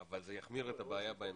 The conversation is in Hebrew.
אבל זה יחמיר את הבעיה בהמשך.